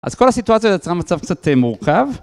אז כל הסיטואציה יצרה מצב קצת מורכב.